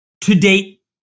to-date